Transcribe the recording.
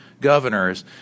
governors